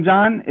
John